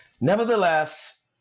Nevertheless